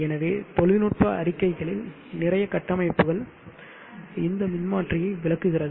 எனவே தொழில்நுட்ப அறிக்கைகளில் நிறைய கட்டமைப்புகள் இந்த மின்மாற்றியை விளக்குகிறது